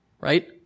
right